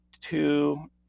two